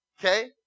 Okay